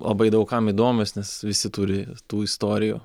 labai daug kam įdomios nes visi turi tų istorijų